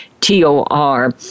T-O-R